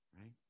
Right